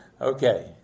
Okay